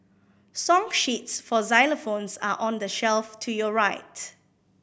song sheets for xylophones are on the shelf to your right